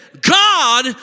God